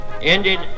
ended